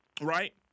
right